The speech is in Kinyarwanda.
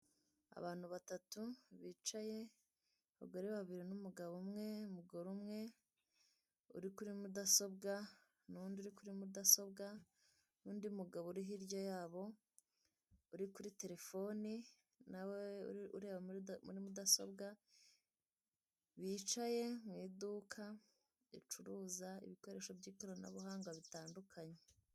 Abantu batatu bicaye abagore babiri n'umugabo umwe umugore umwe uri kuri mudasobwa n'undi uri kuri mudasobwa n'undi mugabo uri hirya yabo uri kuri telefone nawe ureba muri mudasobwa wicaye mw'iduka ricuruza ibikoresho by'ikoranabuhanga bitandukanye.